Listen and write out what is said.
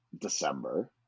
December